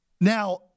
Now